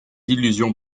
illusions